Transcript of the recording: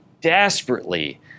desperately